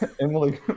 Emily